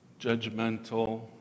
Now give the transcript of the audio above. judgmental